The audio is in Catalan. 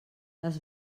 les